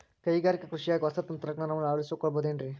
ಕೈಗಾರಿಕಾ ಕೃಷಿಯಾಗ ಹೊಸ ತಂತ್ರಜ್ಞಾನವನ್ನ ಅಳವಡಿಸಿಕೊಳ್ಳಬಹುದೇನ್ರೇ?